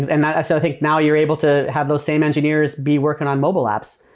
and i so think now you're able to have those same engineers be working on mobile apps.